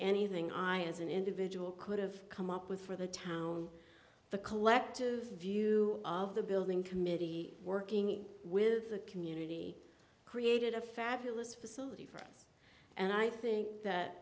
anything i as an individual could have come up with for the town the collective view of the building committee working with the community created a fabulous facility for us and i think that